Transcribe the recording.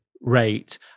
rate